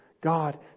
God